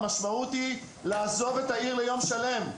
המשמעות היא לעזוב את העיר ליום שלם,